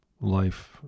life